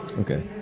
Okay